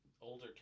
older